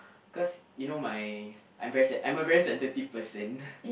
cause you know my I'm very se~ I'm a very sensitive person